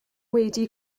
wedi